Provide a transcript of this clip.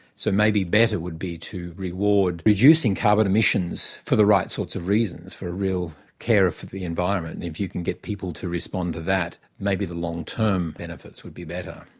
so maybe better would be to reward, reducing carbon emissions for the right sorts of reasons, for a real care of the environment, and if you can get people to respond to that, maybe the long-term benefits would be better.